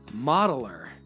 modeler